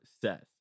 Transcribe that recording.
says